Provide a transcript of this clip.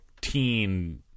teen